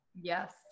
Yes